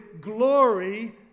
glory